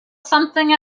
something